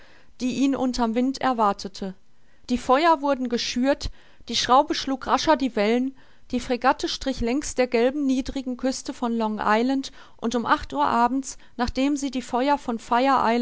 die ihn unter'm wind erwartete die feuer wurden geschürt die schraube schlug rascher die wellen die fregatte strich längs der gelben niedrigen küste von long island und um acht uhr abends nachdem sie die feuer von